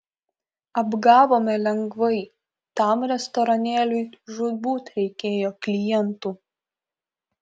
apgavome lengvai tam restoranėliui žūtbūt reikėjo klientų